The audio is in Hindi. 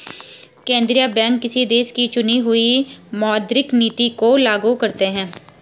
केंद्रीय बैंक किसी देश की चुनी हुई मौद्रिक नीति को लागू करते हैं